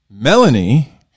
Melanie